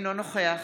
אינו נוכח